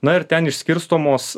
na ir ten išskirstomos